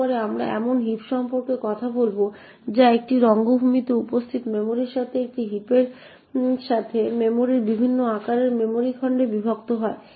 এরপরে আমরা এমন হিপ সম্পর্কে কথা বলব যা একটি রঙ্গভূমিতে উপস্থিত মেমরির সাথে একটি হিপের সাথে মেমরি বিভিন্ন আকারের মেমরি খণ্ডে বিভক্ত হয়